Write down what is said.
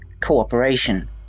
cooperation